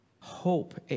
hope